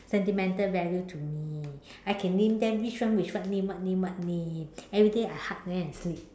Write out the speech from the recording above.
sentimental value to me I can name them which one which one name what name what name everyday I hug them and sleep